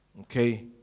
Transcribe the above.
okay